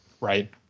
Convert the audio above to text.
Right